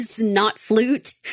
not-flute